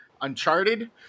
Uncharted